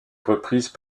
reprises